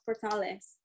Portales